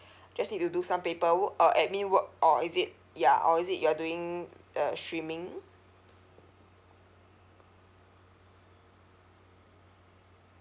just need to do some paper work uh admin work or is it ya or is it you're doing uh streaming